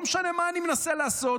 לא משנה מה אני מנסה לעשות,